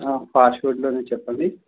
ఫాస్ట్ఫుడ్లోనే చెప్పండి